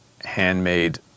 handmade